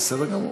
בסדר גמור.